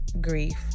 grief